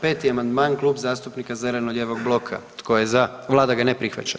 5. amandman Klub zastupnika zeleno-lijevog bloka, tko je za, vlada ga ne prihvaća.